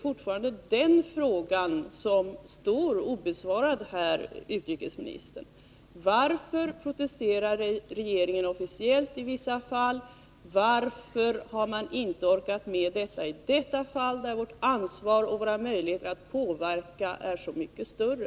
Fortfarande föreligger inte något svar på detta, herr utrikesminister! Varför protesterar regeringen officiellt i vissa fall? Varför har man inte orkat med det i det här fallet? Vårt ansvar och våra möjligheter att påverka är ju i detta fall så mycket större.